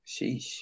Sheesh